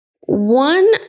one